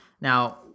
Now